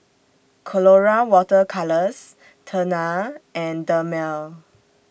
Colora Water Colours Tena and Dermale